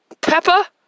Peppa